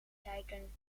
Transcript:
kijken